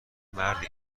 مردی